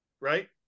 right